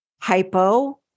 hypo